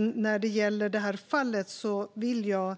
När det gäller det här fallet vill jag